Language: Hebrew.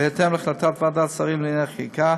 ובהתאם להחלטת ועדת השרים לענייני חקיקה,